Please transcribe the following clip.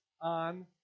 on